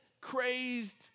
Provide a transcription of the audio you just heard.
crazed